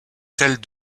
celle